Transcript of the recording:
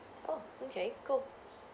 oh okay cool